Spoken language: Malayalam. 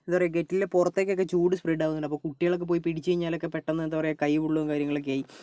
എന്താ പറയുക കേറ്റിലിൻ്റെ പുറത്തോട്ട് ചൂട് സ്പ്രെഡ് ആകുന്നുണ്ട് അപ്പോൾ കുട്ടികൾ ഒക്കെ പോയി പിടിച്ചു കഴിഞ്ഞാൽ പെട്ടെന്ന് തന്നെ കൈ പൊള്ളുകയും കാര്യങ്ങളൊക്കെ ആയി